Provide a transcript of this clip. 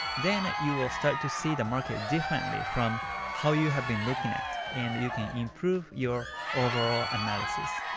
then you will start to see the market differently from how you have been looking at, and you can improve your overall analysis.